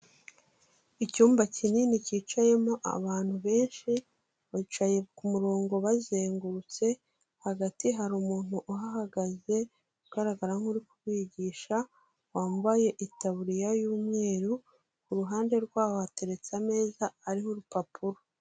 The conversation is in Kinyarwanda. Icyumba kinini cyicayemo abantu benshi bicaye kumurongo bazengurutse, hagati hari umuntu uhagaze ugaragara nk'uri kwigisha wambaye itaburiya y'umweru, kuruhande rwaho hateretse ameza ariho urupapuro.